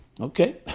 Okay